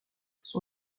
son